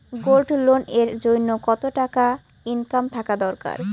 Gold loan এর জইন্যে কতো টাকা ইনকাম থাকা দরকার?